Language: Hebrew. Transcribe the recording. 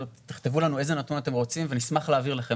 תכתבו לנו איזה נתון אתם רוצים ונשמח להעביר לכם.